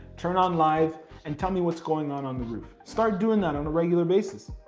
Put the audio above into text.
turn on live and tell me what's going on on the roof. start doing that on a regular basis.